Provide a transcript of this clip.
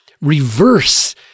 reverse